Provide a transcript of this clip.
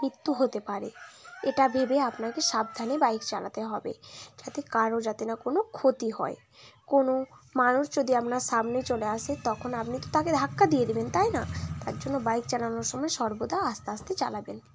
মৃত্যু হতে পারে এটা ভেবে আপনাকে সাবধানে বাইক চালাতে হবে যাতে কারও যাতে না কোনো ক্ষতি হয় কোনো মানুষ যদি আপনার সামনে চলে আসে তখন আপনি তো তাকে ধাক্কা দিয়ে দেবেন তাই না তার জন্য বাইক চালানোর সময় সর্বদা আস্তে আস্তে চালাবেন